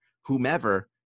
whomever